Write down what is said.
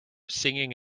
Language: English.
singing